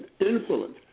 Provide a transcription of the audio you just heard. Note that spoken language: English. influence